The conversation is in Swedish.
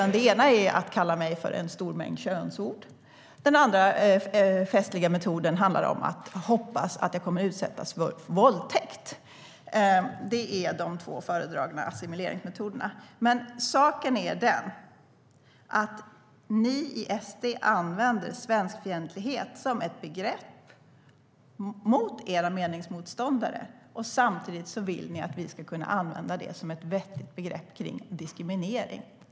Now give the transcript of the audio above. Den ena är att kalla mig för en stor mängd könsord. Den andra festliga metoden handlar om att hoppas att jag kommer att utsättas för våldtäkt. Det är de två föredragna assimileringsmetoderna. Men saken är den att ni i SD använder svenskfientlighet som ett begrepp mot era meningsmotståndare. Samtidigt vill ni att vi ska kunna använda det som ett vettigt begrepp när det gäller diskriminering.